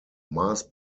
mass